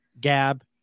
Gab